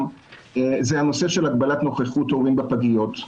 זה הנושא של הגבלת נוכחות הורים בפגיות.